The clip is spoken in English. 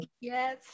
Yes